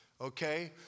Okay